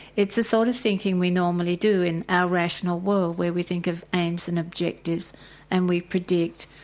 it's a sort of thinking we normally do in our rational world where we think of aims and objectives and we predict.